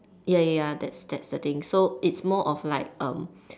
ya ya ya that's that's the thing so it's more of like um